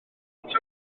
gloch